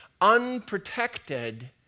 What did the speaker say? unprotected